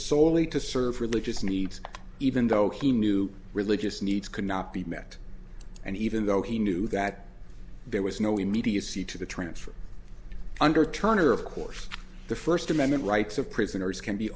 solely to serve religious needs even though he knew religious needs could not be met and even though he knew that there was no immediacy to the transfer under turner of course the first amendment rights of prisoners can be